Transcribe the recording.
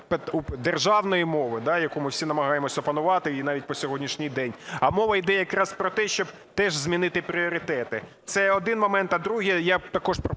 державної мови, яку ми всі намагаємось опанувати і навіть по сьогоднішній день, а мова йде якраз про те, щоб теж змінити пріоритети. Це один момент. А другий. Я також пропоную